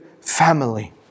family